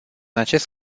acest